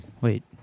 Wait